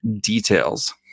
details